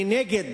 אני נגד